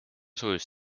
sujus